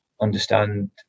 understand